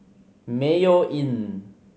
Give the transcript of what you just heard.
Mayo Inn